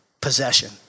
possession